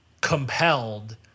compelled